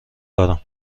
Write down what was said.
دارم